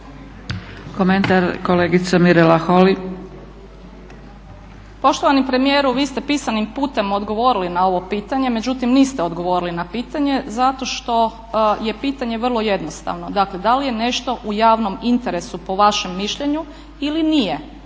Holy. **Holy, Mirela (ORaH)** Poštovani premijeru, vi ste pisanim putem odgovorili na ovo pitanje. Međutim, niste odgovorili na pitanje zato što je pitanje vrlo jednostavno. Dakle, da li je nešto u javnom interesu po vašem mišljenju ili nije?